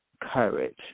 courage